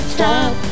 Stop